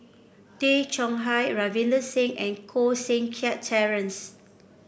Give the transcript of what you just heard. Tay Chong Hai Ravinder Singh and Koh Seng Kiat Terence